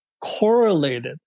correlated